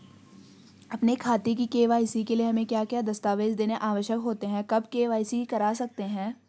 अपने खाते की के.वाई.सी के लिए हमें क्या क्या दस्तावेज़ देने आवश्यक होते हैं कब के.वाई.सी करा सकते हैं?